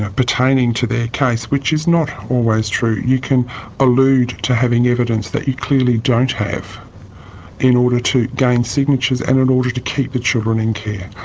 ah pertaining to their case which is not always true. you can allude to having evidence that you clearly don't have in order to gain signatures and in order to keep the children in care.